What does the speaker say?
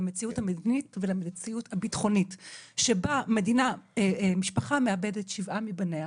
למציאות המדינית ולמציאות הביטחונית שבה משפחה מאבדת שבעה מבנייה